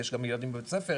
כי יש גם תלמידים בבית ספר,